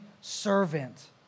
servant